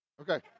Okay